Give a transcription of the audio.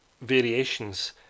variations